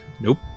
Nope